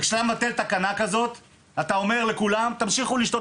כשאתה מבטל תקנה כזאת אתה בעצם אומר לכולם: תמשיכו לשתות